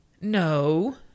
No